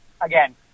again